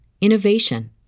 innovation